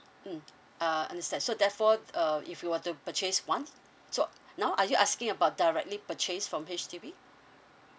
mm uh understand so therefore uh if you were to purchase one so now are you asking about directly purchase from H_D_B